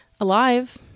alive